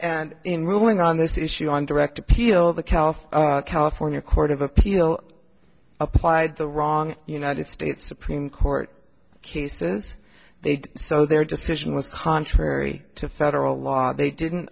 in ruling on this issue on direct appeal the cal california court of appeal applied the wrong united states supreme court cases they did so their decision was contrary to federal law they didn't